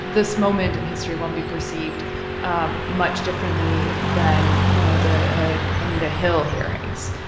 this moment in history won't be perceived um much differently than, you know, the anita hill hearings.